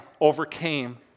overcame